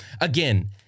again